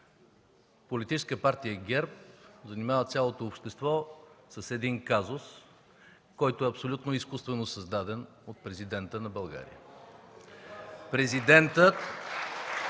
Политическа партия ГЕРБ занимава цялото общество с един казус, който е абсолютно изкуствено създаден от президента на България (силен